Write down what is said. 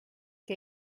que